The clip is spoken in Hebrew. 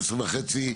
12:30,